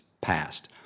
passed